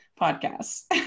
podcasts